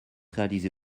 réalisée